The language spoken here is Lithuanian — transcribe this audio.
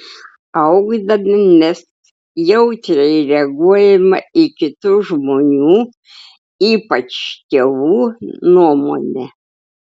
augdami mes jautriai reaguojame į kitų žmonių ypač tėvų nuomonę